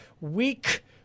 weak